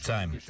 Time